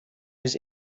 was